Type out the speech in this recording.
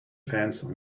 fence